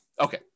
Okay